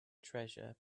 treasure